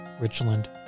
Richland